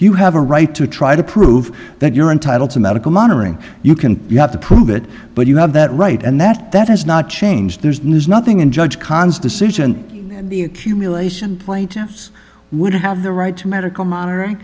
you have a right to try to prove that you're entitled to medical monitoring you can you have to prove it but you have that right and that that has not changed there's nothing in judge khan's decision the accumulation plaintiffs would have the right to medical mon